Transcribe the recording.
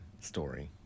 story